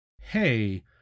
Hey